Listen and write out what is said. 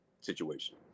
situation